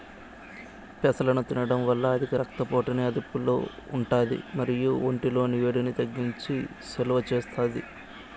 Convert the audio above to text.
పెసలను తినడం వల్ల అధిక రక్త పోటుని అదుపులో ఉంటాది మరియు ఒంటి లోని వేడిని తగ్గించి సలువ చేస్తాది